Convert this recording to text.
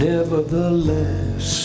Nevertheless